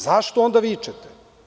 Zašto onda vičete?